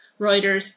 Reuters